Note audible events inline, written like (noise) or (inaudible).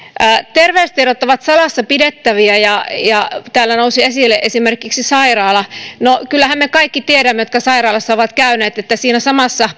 terveystiedot ovat salassa pidettäviä ja ja täällä nousi esille esimerkiksi sairaala no kyllähän me kaikki tiedämme jotka sairaalassa olemme käyneet että siinä samassa (unintelligible)